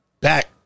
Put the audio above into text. back